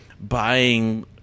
buying